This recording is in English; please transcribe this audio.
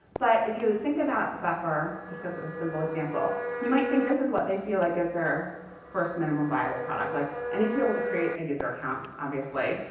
but if you think about buffer just because of this simple example you might think this is what they feel like as their first minimum viable product. like i need to be able to create a user account, obviously,